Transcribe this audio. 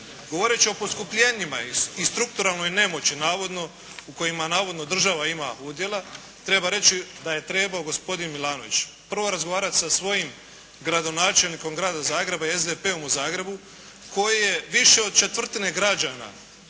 Govoreći o poskupljenjima i strukturalnoj nemoći navodno u kojima navodno država ima udjela treba reći da je trebao gospodin Milanović prvo razgovarati sa svojim gradonačelnikom Grada Zagreba i SDP-om u Zagrebu koji je više od četvrtine građana